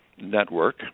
network